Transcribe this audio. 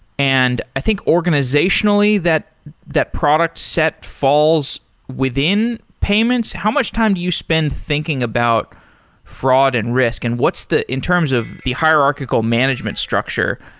and i think organizationally, that that product set falls within payments. how much time do you spend thinking about fraud and risk, and what's the in terms of the hierarchical management structure,